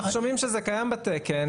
אנחנו שומעים שזה קיים בתקן,